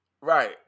Right